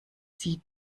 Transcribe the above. zieht